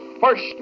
first